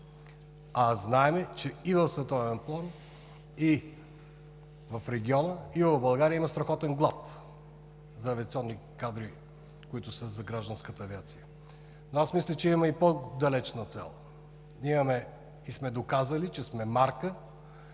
а знаем, че и в световен план, и в региона, и в България има страхотен глад за авиационни кадри, които са за гражданската авиация. Аз мисля, че имаме и по-далечна цел: имаме и сме доказали, че сме марка,